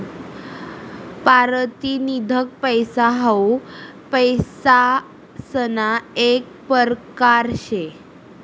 पारतिनिधिक पैसा हाऊ पैसासना येक परकार शे